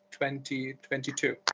2022